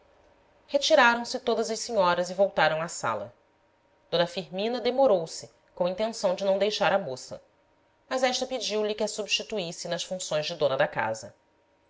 aurélia retiraram-se todas as senhoras e voltaram à sala d firmina demorou-se com intenção de não deixar a moça mas esta pediu-lhe que a subsituísse nas funções de dona da casa